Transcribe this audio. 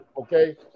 okay